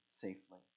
safely